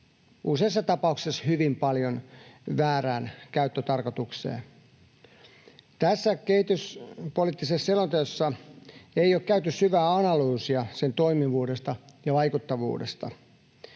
useassa tapauksessa hyvin paljon väärään käyttötarkoitukseen. Tässä kehityspoliittisessa selonteossa ei ole käyty syvää analyysia sen toimivuudesta ja vaikuttavuudesta.